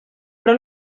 però